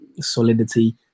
solidity